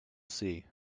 see